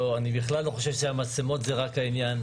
אני בכלל לא חושב שהעניין הוא רק מצלמות.